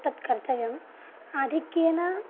तत्कर्तव्यम् आधिक्येन